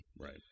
Right